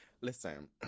Listen